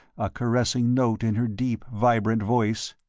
a caressing note in her deep, vibrant voice,